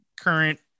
current